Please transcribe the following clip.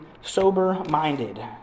sober-minded